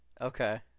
Okay